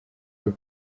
have